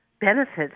benefits